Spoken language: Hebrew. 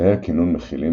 תאי הקינון מכילים,